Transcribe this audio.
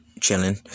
chilling